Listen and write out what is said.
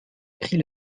pris